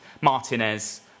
Martinez